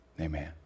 Amen